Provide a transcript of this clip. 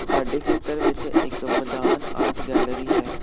ਸਾਡੇ ਖੇਤਰ ਵਿੱਚ ਇੱਕ ਮਦਾਨ ਆਰਟ ਗੈਲਰੀ ਹੈ